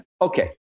Okay